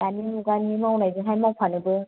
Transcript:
दानि मुगानि मावनायजोंहाय मावफानोबो